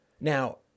Now